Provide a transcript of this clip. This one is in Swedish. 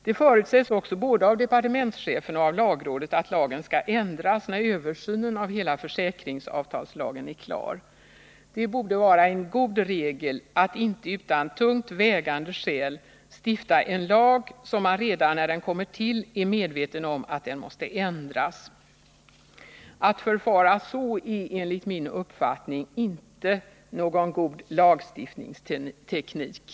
Det förutsätts också både av departementschefen och av lagrådet att lagen skall ändras, när översynen av hela försäkringsavtalslagen är klar. Det borde vara en god regel att inte utan tungt vägande skäl stifta en lag som man redan när den kommer till är medveten om att den måste ändras. Att förfara så är enligt min uppfattning inte god lagstiftningsteknik.